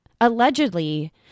allegedly